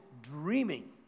dreaming